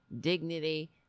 dignity